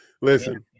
listen